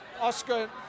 Oscar